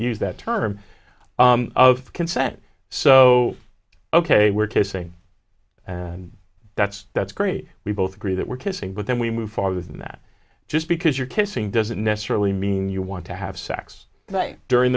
use that term of consent so ok we're kissing and that's that's great we both agree that we're kissing but then we move farther than that just because you're kissing doesn't necessarily mean you want to have sex